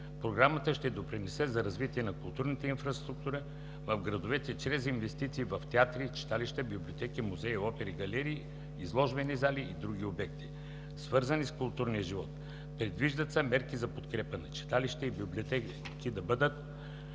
Програмата ще допринесе за развитие на културната инфраструктура в градовете чрез инвестиции в театри, читалища, библиотеки, музеи, опери, галерии, изложбени зали и други обекти, свързани с културния живот. Предвиждат се мерки за подкрепа на читалища и библиотеки да бъдат